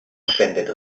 spendet